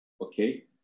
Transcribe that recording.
okay